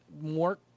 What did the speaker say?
more